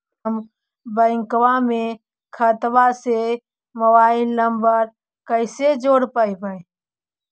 हम बैंक में खाता से मोबाईल नंबर कैसे जोड़ रोपबै?